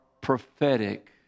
prophetic